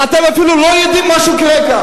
ואתם אפילו לא יודעים מה שקורה כאן.